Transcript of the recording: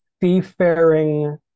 seafaring